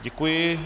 Děkuji.